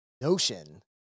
notion